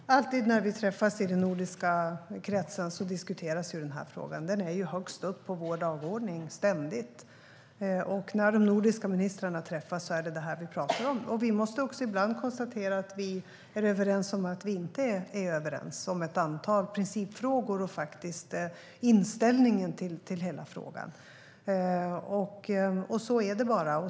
Herr talman! Alltid när vi träffas i den nordiska kretsen diskuteras den här frågan. Den är ständigt högst upp på vår dagordning. När de nordiska ministrarna träffas är det detta vi pratar om, och vi måste ibland konstatera att vi är överens om att vi inte är överens. Det gäller ett antal principfrågor och faktiskt inställningen till hela frågan. Så är det bara.